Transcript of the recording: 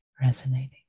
resonating